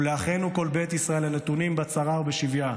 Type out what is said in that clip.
ולאחינו כל בית ישראל הנתונים בצרה ובשביה,